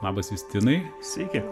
labas justinai sveiki